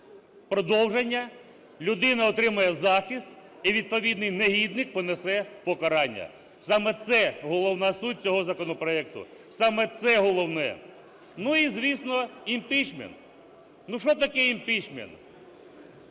продовження, людина отримає захист, і відповідний негідник понесе покарання. Саме це головна суть цього законопроекту, саме це головне. Ну, і, звісно, імпічмент. Ну, що таке імпічмент?